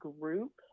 group